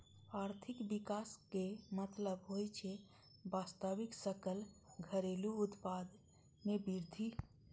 आर्थिक विकासक मतलब होइ छै वास्तविक सकल घरेलू उत्पाद मे वृद्धि